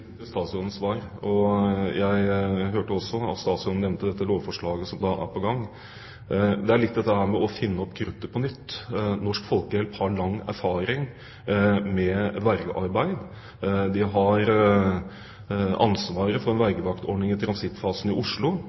statsrådens svar, og jeg hørte at statsråden nevnte dette lovforslaget som er på gang. Det er noe med å finne opp kruttet på nytt. Norsk Folkehjelp har lang erfaring med vergearbeid, de har ansvaret for en vergevaktordning i transittfasen i Oslo,